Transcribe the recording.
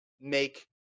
make